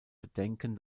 bedenken